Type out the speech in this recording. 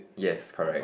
yes correct